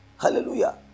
Hallelujah